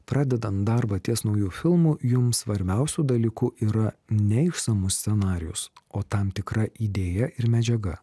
pradedant darbą ties nauju filmu jums svarbiausiu dalyku yra ne išsamus scenarijus o tam tikra idėja ir medžiaga